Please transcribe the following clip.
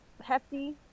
hefty